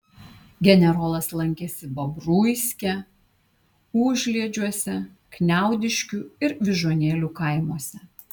generolas lankėsi bobruiske užliedžiuose kniaudiškių ir vyžuonėlių kaimuose